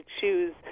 choose –